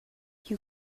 you